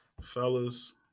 Fellas